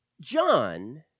John